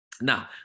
Now